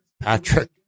Patrick